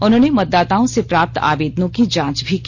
उन्होंने मतदाताओं से प्राप्त आवेदनों की जांच भी की